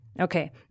Okay